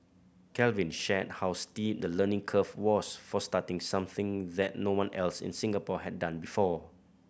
Calvin shared how steep the learning curve was for starting something that no one else in Singapore had done before